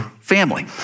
family